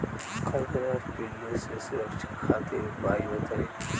कजरा पिल्लू से सुरक्षा खातिर उपाय बताई?